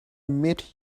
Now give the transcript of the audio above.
meet